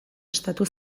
estatu